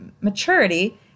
maturity